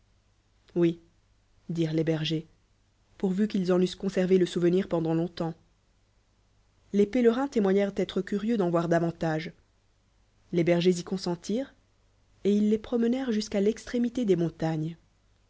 oui dirent les bergers pourvu qu'ils en eussent conservé le souvenir pendant longtemps les pélerinstémoignèrent étrecurieux d'en voir davantage les bergers y coiisentiirent et ils les promenèrent jusqu'à l'eatrêmité dcs montagnes